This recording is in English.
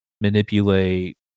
manipulate